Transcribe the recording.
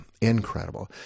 incredible